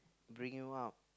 bring you up